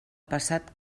passat